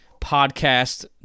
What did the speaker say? podcast